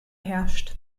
herrscht